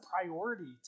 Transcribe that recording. priority